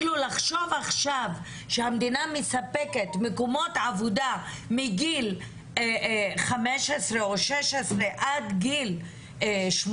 לחשוב עכשיו שהמדינה מספקת מקומות עבודה מגיל 15 או 16 עד גיל 80